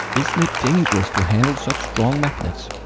isn't it dangerous to handle such strong magnets?